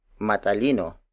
Matalino